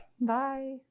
Bye